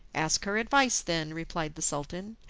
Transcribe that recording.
ask her advice, then, replied the sultan,